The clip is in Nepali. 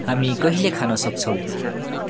हामी कहिले खान सक्छौँ